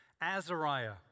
Azariah